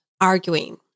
arguing